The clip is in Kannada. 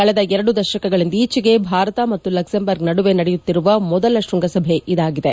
ಕಳೆದ ಎರಡು ದಶಕಗಳಿಂದೀಚೆಗೆ ಭಾರತ ಮತ್ತು ಲಕ್ಷೆಂಬರ್ಗ್ ನಡುವೆ ನಡೆಯುತ್ತಿರುವ ಮೊದಲ ಶ್ವಂಗಸಭೆ ಇದಾಗಿದೆ